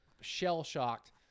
shell-shocked